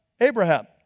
Abraham